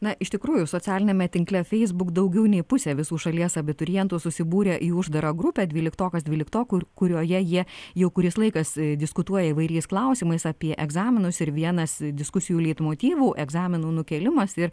na iš tikrųjų socialiniame tinkle feisbuk daugiau nei pusė visų šalies abiturientų susibūrę į uždarą grupę dvyliktokas dvyliktokui kurioje jie jau kuris laikas diskutuoja įvairiais klausimais apie egzaminus ir vienas diskusijų leitmotyvų egzaminų nukėlimas ir